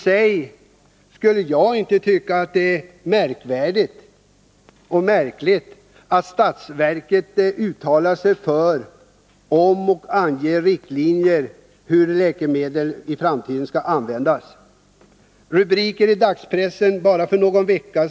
Jag skulle inte alls tycka att det är märkvärdigt att statsmakterna uttalar sig om och anger riktlinjer för hur läkemedel i framtiden skall användas.